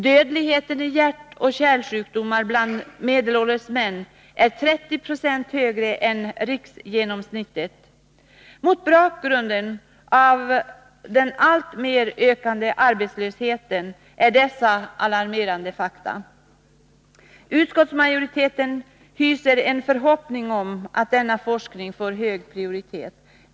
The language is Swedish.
Dödligheten i hjärtoch kärlsjukdomar bland medelålders män är 30 Yo högre än riksgenomsnittet. Mot bakgrund av den alltmer ökande arbetslösheten är detta alarmerande fakta. Utskottsmajoriteten hyser en förhoppning om att denna forskning får hög prioritet.